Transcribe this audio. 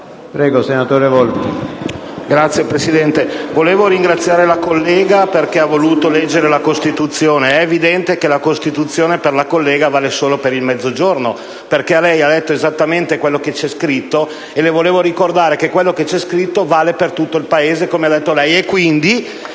*(LN-Aut)*. Signor Presidente, vorrei ringraziare la collega Nugnes perché ha voluto leggere la Costituzione. È evidente che la Costituzione per la collega vale solo per il Mezzogiorno, perché lei ha letto esattamente quello che c'è scritto, e le volevo ricordare che quello che c'è scritto vale per tutto il Paese, come ha letto lei.